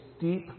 deep